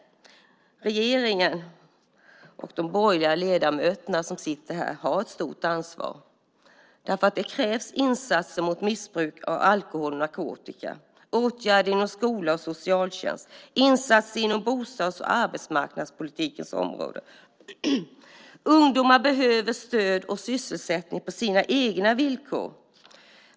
Regeringen och de borgerliga ledamöterna som sitter här har dock ett stort ansvar. Det krävs insatser mot missbruk av alkohol och narkotika, åtgärder inom skola och socialtjänst och insatser inom bostads och arbetsmarknadspolitikens område. Ungdomar behöver stöd och sysselsättning på sina egna villkor.